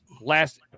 Last